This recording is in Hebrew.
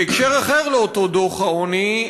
בהקשר אחר של אותו דוח העוני,